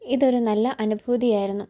ഇതൊരു നല്ല അനുഭൂതി ആയിരുന്നു